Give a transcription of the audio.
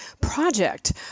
project